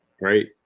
right